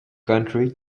country